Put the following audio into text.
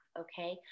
okay